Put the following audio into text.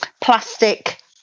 plastic